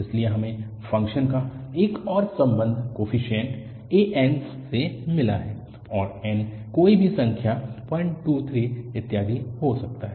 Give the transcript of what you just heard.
इसलिए हमें फ़ंक्शन का एक और संबंध कोफीशिएंट ans से मिला है और n कोई भी संख्या 1 2 3 इत्यादि हो सकता है